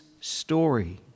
story